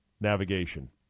navigation